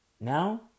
Now